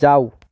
যাও